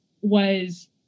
was-